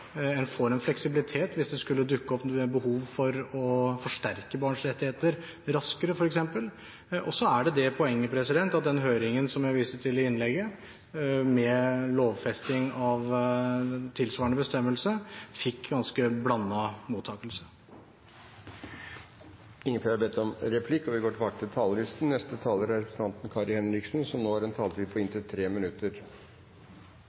får en fleksibilitet hvis det f.eks. skulle dukke opp behov for å forsterke barns rettigheter raskere. Og så er det det poenget, som jeg viste til i innlegget, at lovfesting av tilsvarende bestemmelse fikk ganske blandet mottakelse i høringen. Replikkordskiftet er omme. De talere som heretter får ordet, har